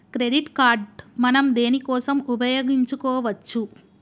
Credit card మనం దేనికోసం ఉపయోగించుకోవచ్చు?